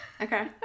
Okay